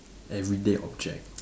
everyday object